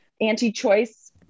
anti-choice